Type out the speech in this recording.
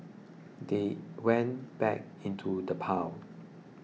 they went back into the pile